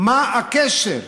מה הקשר?